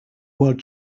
world